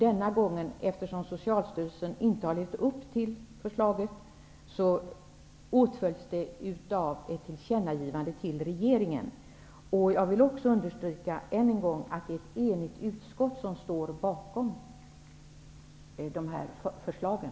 Eftersom Socialstyrelsen inte har uppfyllt kravet, åtföljs kravet denna gång av ett tillkännagivande till regeringen. Jag vill än en gång understryka att det är ett enigt utskott som står bakom förslagen.